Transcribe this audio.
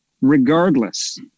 regardless